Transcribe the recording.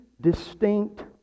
distinct